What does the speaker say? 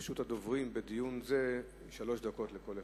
לרשות הדוברים בדיון זה שלוש דקות לכל אחד.